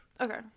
Okay